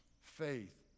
faith